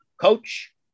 coach